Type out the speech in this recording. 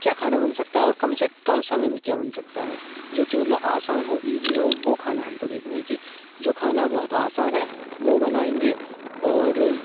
क्या खाना बन सकता है और कम से कम समय में क्या बन सकता है जो कि मतलब आसान हो ईज़ी हो वो खाना हमको देखना है कि जो खाना बहुत आसान है वो बनाएँगे और